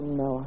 no